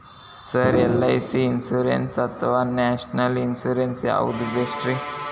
Sir LIC insurance ಅಥವಾ national insurance ಯಾವುದು ಬೆಸ್ಟ್ರಿ?